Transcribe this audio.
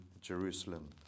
Jerusalem